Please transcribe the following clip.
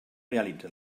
realitza